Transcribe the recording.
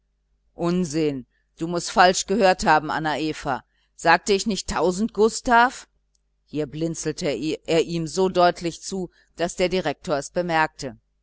unsinn du mußt falsch gehört haben anna eva sagte ich nicht tausend gustav hier blinzelte er ihm so deutlich zu daß der direktor es bemerkte